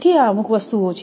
તેથી આ અમુક વસ્તુઓ છે